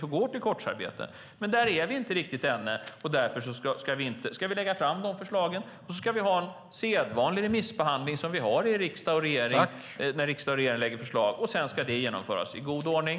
Men där är vi inte riktigt än. Vi ska dock lägga fram förslagen och ha den sedvanliga remissbehandlingen som vi när riksdag och regering lägger fram förslag. Sedan ska det genomföras i god ordning.